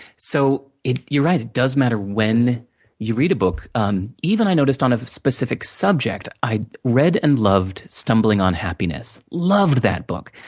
so, you're right, it does matter when you read a book. um even, i noticed, on a specific subject. i read, and loved stumbling on happiness. loved that book.